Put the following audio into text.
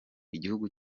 igihugu